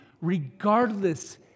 regardless